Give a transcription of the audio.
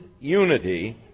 unity